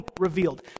revealed